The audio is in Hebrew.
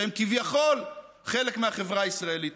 שהם כביכול חלק מהחברה הישראלית,